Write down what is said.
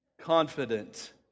Confident